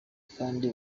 kandi